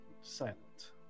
silent